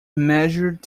measured